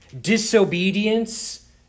disobedience